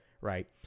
Right